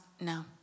no